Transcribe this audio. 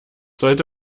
sollte